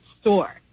store